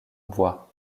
bois